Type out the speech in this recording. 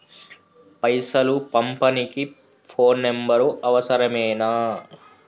పైసలు పంపనీకి phone number అవసరమేనా?